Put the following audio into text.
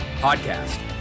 podcast